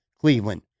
Cleveland